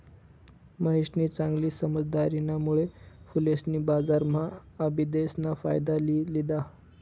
महेशनी चांगली समझदारीना मुळे फुलेसनी बजारम्हा आबिदेस ना फायदा लि लिदा